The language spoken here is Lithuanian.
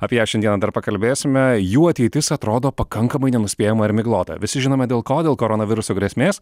apie ją šiandieną dar pakalbėsime jų ateitis atrodo pakankamai nenuspėjama ir miglota visi žinome dėl ko dėl koronaviruso grėsmės